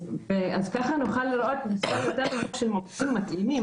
אז כך נוכל לראות מספר יותר נמוך של מועמדים מתאימים,